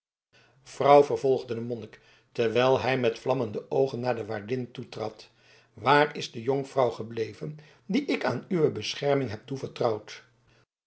vrouw vervolgde de monnik terwijl hij met vlammende oogen naar de waardin toetrad waar is de jonkvrouw gebleven die ik aan uwe bescherming heb toevertrouwd